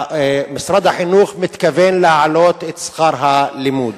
משרד החינוך מתכוון להעלות את שכר הלימוד.